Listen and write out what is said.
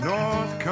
North